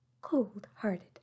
Cold-hearted